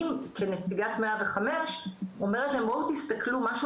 אני כנציגת 105 אומרת להורים תסתכלו משהו